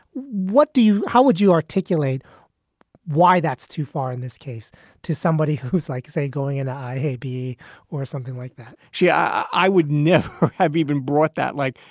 what do you how would you articulate why that's too far in this case to somebody who's like, say, going in i happy or something like that? she i i would never have even brought that, like,